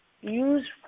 use